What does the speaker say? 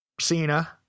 Cena